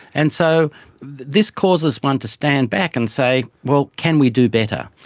and so this causes one to stand back and say, well, can we do better?